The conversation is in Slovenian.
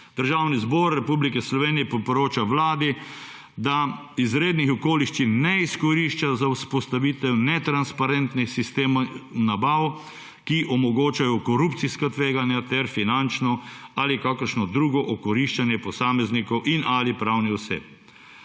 Državni zbor Republike Slovenije poroča Vladi, da izrednih okoliščin ne izkorišča za vzpostavitev netransparentnih sistemov nabav, ki omogočajo korupcijska tveganja ter finančno ali kakršno drugo okoriščanje posameznikov in/ali pravnih oseb.